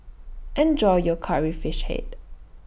Enjoy your Curry Fish Head